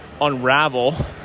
unravel